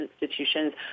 institutions